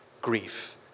grief